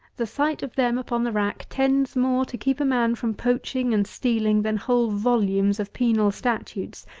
the sight of them upon the rack tends more to keep a man from poaching and stealing than whole volumes of penal statutes,